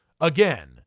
again